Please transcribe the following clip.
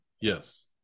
yes